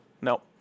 No